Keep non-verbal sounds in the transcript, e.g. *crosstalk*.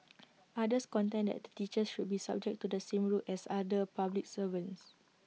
*noise* others contend that teachers should be subject to the same rules as other public servants